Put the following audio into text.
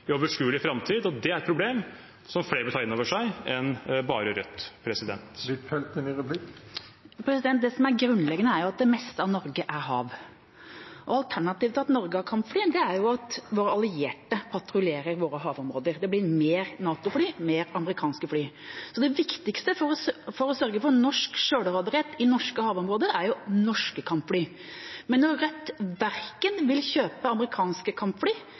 i overskuelig framtid. Og det er et problem som flere bør ta inn over seg enn bare Rødt. Det som er grunnleggende, er jo at det meste av Norge er hav, og alternativet til at Norge har kampfly, er jo at våre allierte patruljerer våre havområder, at det blir mer NATO-fly, mer amerikanske fly. Så det viktigste for å sørge for norsk selvråderett i norske havområder er jo norske kampfly. Men når Rødt verken vil kjøpe amerikanske kampfly